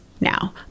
Now